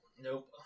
Nope